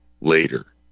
later